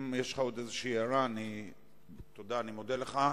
אני מודה לך.